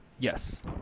Yes